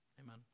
Amen